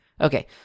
Okay